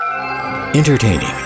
Entertaining